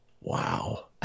Wow